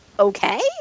okay